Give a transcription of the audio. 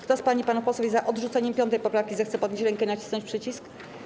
Kto z pań i panów posłów jest za odrzuceniem 5. poprawki, zechce podnieść rękę i nacisnąć przycisk.